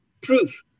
proof